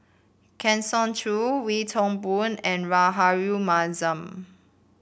Kang Siong Joo Wee Toon Boon and Rahayu Mahzam